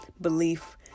belief